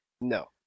No